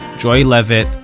joy levitt,